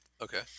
Okay